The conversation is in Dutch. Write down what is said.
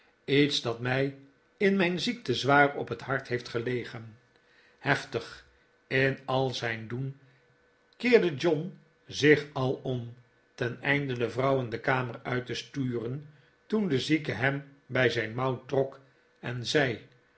iets dat mij in mijn ziekte zwaar op het hart heeft gelegen heftig in al zijn doen keerde john zich al om teneinde de vrouwen de kamer uit te sturen toen de zieke hem bij zijn mouw trok en zei